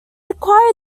acquired